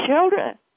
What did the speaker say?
children